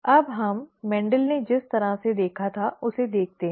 अब हम मेंडल ने जिस तरह से देखा था उसे देखते हैं